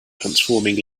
transforming